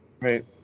Right